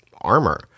armor